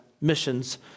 missions